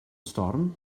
storm